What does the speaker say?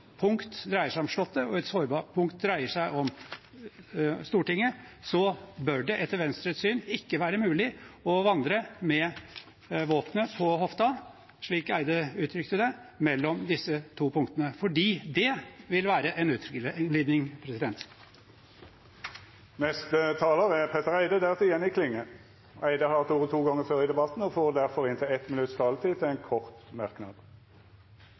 punkt dreier seg om Slottet og et sårbart punkt dreier seg om Stortinget, bør det etter Venstres syn ikke være mulig å vandre med «våpen på hofta», slik Eide uttrykte det, mellom disse to punktene, fordi det vil være en utglidning. Representanten Petter Eide har hatt ordet to gonger før i debatten og får ordet til ein kort merknad, avgrensa til